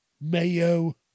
Mayo